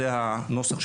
זה הנוסח,